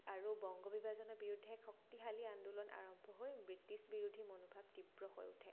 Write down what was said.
আৰু বংগ বিভাজনৰ বিৰুদ্ধে শক্তিশালী আন্দোলন আৰম্ভ হৈ ব্ৰিটিছ বিৰোধী মনোভাৱ তীব্ৰ হৈ উঠে